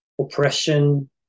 oppression